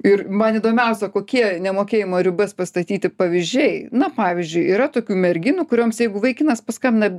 ir man įdomiausia kokie nemokėjimo ribas pastatyti pavyzdžiai na pavyzdžiui yra tokių merginų kurioms jeigu vaikinas paskambina